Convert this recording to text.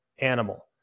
animal